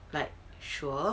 like sure